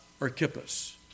Archippus